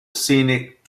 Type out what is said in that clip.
scenic